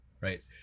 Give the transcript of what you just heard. Right